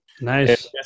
Nice